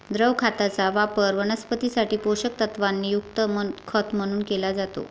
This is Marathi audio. द्रव खताचा वापर वनस्पतीं साठी पोषक तत्वांनी युक्त खत म्हणून केला जातो